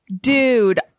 dude